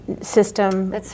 system